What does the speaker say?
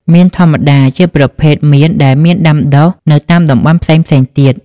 មៀនធម្មតា ជាប្រភេទមៀនដែលមានដាំដុះនៅតាមតំបន់ផ្សេងៗទៀត។